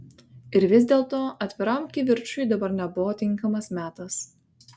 ir vis dėlto atviram kivirčui dabar nebuvo tinkamas metas